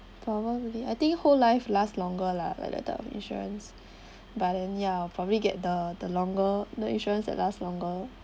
probably I think whole life last longer lah than the term insurance but then ya probably get the the longer the insurance that last longer